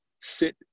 sit